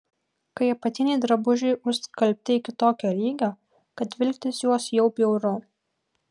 kai apatiniai drabužiai užskalbti iki tokio lygio kad vilktis juos jau bjauru